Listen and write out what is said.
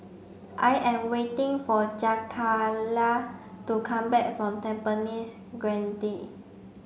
I am waiting for Jakayla to come back from Tampines Grande